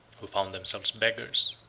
who found themselves beggars,